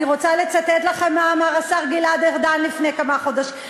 אני רוצה לצטט לכם מה אמר השר גלעד ארדן לפני חודש.